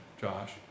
Josh